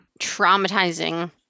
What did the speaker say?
Traumatizing